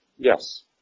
Yes